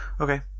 Okay